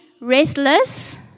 restless